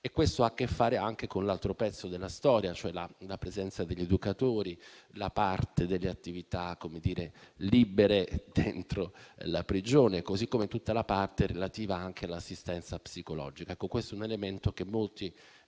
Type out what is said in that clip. Questo ha a che fare anche con l'altro pezzo della storia, cioè la presenza degli educatori, la parte delle attività "libere" dentro la prigione, così come tutta la parte relativa all'assistenza psicologica. Questo è un elemento che molti